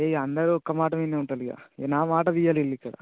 ఇక అందరూ ఒక్క మాట మీదనే ఉంటారిక ఇక నా మాట తియ్యరు వీళ్ళు ఇక్కడ